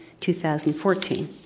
2014